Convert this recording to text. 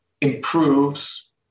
improves